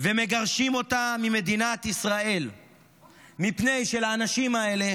ומגרשים אותה ממדינת ישראל מפני שלאנשים האלה